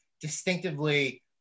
distinctively